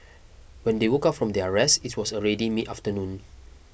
when they woke up from their rest it was already midafternoon